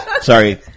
sorry